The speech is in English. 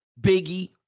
Biggie